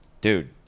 Dude